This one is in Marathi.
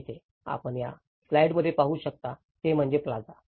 येथे आपण या स्लाइडमध्ये काय पाहू शकता ते म्हणजे प्लाझा